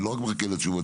ולא רק מחכה לתשובות,